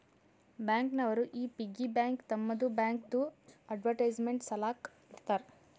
bank ನವರು ಈ piggy bank ತಮ್ಮದು ಬ್ಯಾಂಕ್ದು ಅಡ್ವರ್ಟೈಸ್ಮೆಂಟ್ ಸಲಾಕ ಇಡ್ತಾರ